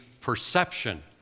perception